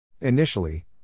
Initially